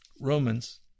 romans